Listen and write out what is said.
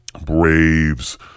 Braves